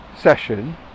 session